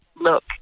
look